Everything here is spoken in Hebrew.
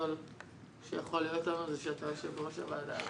שיכול לנו זה שאתה יושב-ראש הוועדה.